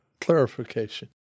clarification